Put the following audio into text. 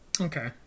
Okay